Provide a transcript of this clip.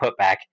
putback